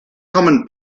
common